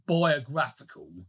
biographical